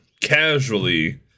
casually